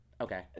Okay